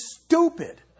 stupid